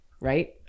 Right